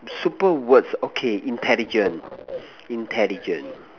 super words okay intelligent intelligent